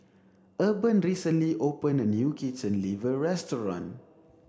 Urban recently opened a new chicken liver restaurant